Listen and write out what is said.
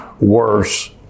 worse